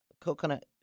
coconut